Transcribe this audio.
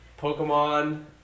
Pokemon